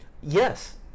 yes